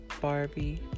Barbie